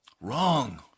Wrong